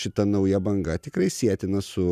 šita nauja banga tikrai sietina su